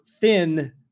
thin